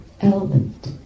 element